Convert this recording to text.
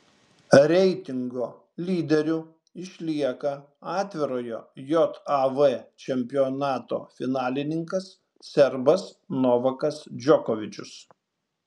reitingo lyderiu išlieka atvirojo jav čempionato finalininkas serbas novakas džokovičius